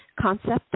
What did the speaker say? concept